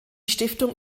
stiftung